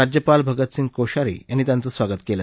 राज्यपाल भगतसिंह कोश्यारी यांनी त्यांचं स्वागत केलं